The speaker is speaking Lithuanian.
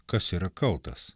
kas yra kaltas